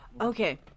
okay